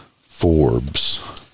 Forbes